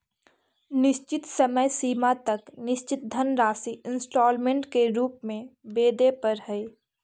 निश्चित समय सीमा तक निश्चित धनराशि इंस्टॉलमेंट के रूप में वेदे परऽ हई